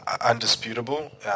undisputable